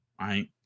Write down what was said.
right